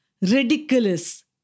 Ridiculous